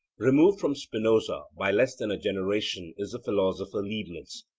removed from spinoza by less than a generation is the philosopher leibnitz,